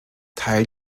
teil